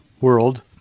world